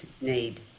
need